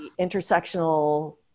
intersectional